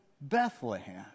Bethlehem